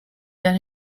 that